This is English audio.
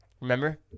Remember